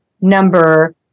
number